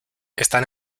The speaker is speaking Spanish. están